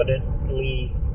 confidently